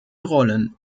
rollen